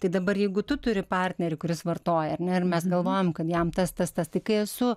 tai dabar jeigu tu turi partnerį kuris vartoja ar ne ir mes galvojam kad jam tas tas tas tai kai esu